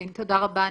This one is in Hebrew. תודה רבה.